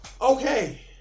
okay